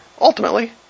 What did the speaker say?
ultimately